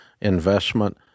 investment